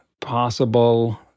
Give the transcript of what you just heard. possible